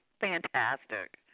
fantastic